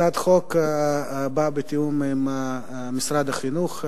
הצעת החוק באה בתיאום עם משרד החינוך.